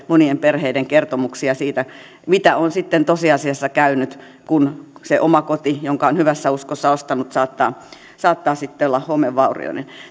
monien perheiden kertomuksia siitä mitä on tosiasiassa käynyt kun se oma koti jonka on hyvässä uskossa ostanut saattaa saattaa sitten olla homevaurioinen